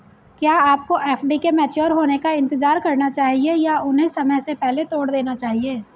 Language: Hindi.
क्या आपको एफ.डी के मैच्योर होने का इंतज़ार करना चाहिए या उन्हें समय से पहले तोड़ देना चाहिए?